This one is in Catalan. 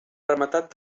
rematat